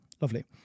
Lovely